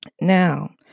Now